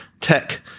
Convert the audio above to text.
tech